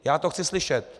Já to chci slyšet.